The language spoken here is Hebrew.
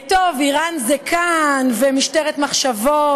טוב, "איראן זה כאן" ו"משטרת מחשבות"